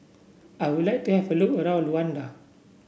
I would like to have a look around Luanda